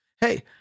Hey